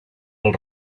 del